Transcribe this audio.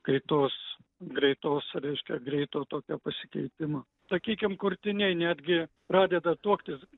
kaitos greitos reiškia greito tokio pasikeitimo sakykim kurtiniai netgi pradeda tuoktis